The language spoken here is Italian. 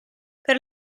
per